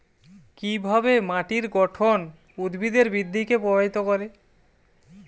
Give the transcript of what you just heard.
কিভাবে মাটির গঠন উদ্ভিদের বৃদ্ধিকে প্রভাবিত করে?